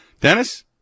Dennis